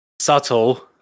subtle